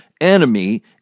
enemy